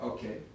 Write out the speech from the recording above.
Okay